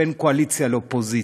בין קואליציה לאופוזיציה?